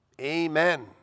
Amen